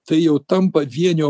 tai jau tampa vienio